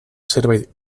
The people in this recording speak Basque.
zerbait